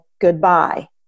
goodbye